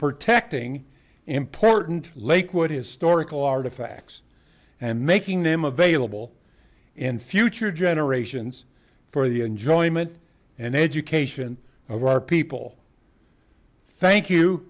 protecting important lakewood historical artifacts and making them available in future generations for the enjoyment and education of our people thank you